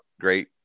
great